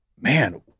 man